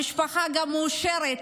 המשפחה גם מאושרת